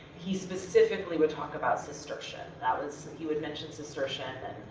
he specifically would talk about cistercian, that was, he would mention cistercian,